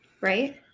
Right